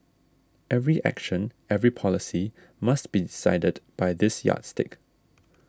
every action every policy must be decided by this yardstick